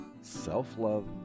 self-love